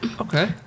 Okay